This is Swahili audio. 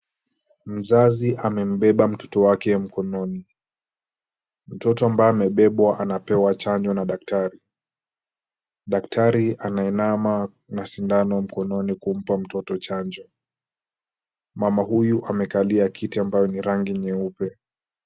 Mzazi amembeba mtoto wake mkononi. Mtoto ambaye amebebwa anapewa chanjo na daktari . Daktari anainama na sindano mkononi kumpa mtoto chanjo. Mama huyu amekalia kiti ambayo ni rangi nyeupe.